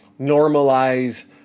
normalize